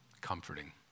comforting